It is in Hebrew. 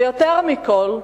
ויותר מכול,